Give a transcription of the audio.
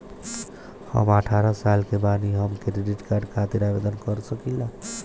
हम अठारह साल के बानी हम क्रेडिट कार्ड खातिर आवेदन कर सकीला?